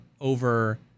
over